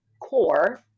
core